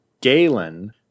Galen